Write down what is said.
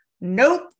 nope